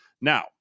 Now